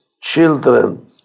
Children